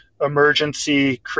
emergency